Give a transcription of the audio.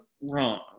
wrong